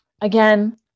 again